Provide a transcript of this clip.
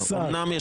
אומנם,